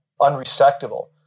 unresectable